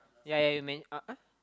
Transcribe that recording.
ya you manage uh uh